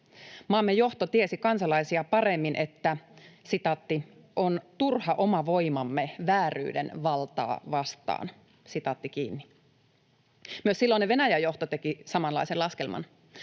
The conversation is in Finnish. Maamme johto tiesi kansalaisia paremmin, että ”on turha oma voimamme vääryyden valtaa vastaan”. Myös silloinen Venäjän johto teki samanlaisen laskelman.